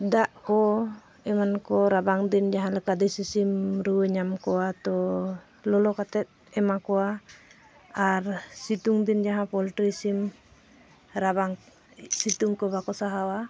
ᱫᱟᱜ ᱠᱚ ᱮᱢᱟᱱ ᱠᱚ ᱨᱟᱵᱟᱝ ᱫᱤᱱ ᱡᱟᱦᱟᱸ ᱞᱮᱠᱟ ᱫᱮᱥᱤ ᱥᱤᱢ ᱨᱩᱣᱟᱹ ᱧᱟᱢ ᱠᱚᱣᱟ ᱛᱚ ᱞᱚᱞᱚ ᱠᱟᱛᱮ ᱮᱢᱟ ᱠᱚᱣᱟ ᱟᱨ ᱥᱤᱛᱩᱝ ᱫᱤᱱ ᱡᱟᱦᱟᱸ ᱯᱚᱞᱴᱨᱤ ᱥᱤᱢ ᱨᱟᱵᱟᱝ ᱥᱤᱛᱩᱝ ᱠᱚ ᱵᱟᱠᱚ ᱥᱟᱦᱟᱣᱟ